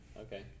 Okay